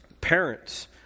parents